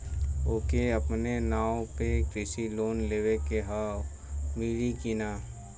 ओके अपने नाव पे कृषि लोन लेवे के हव मिली की ना ही?